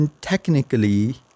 technically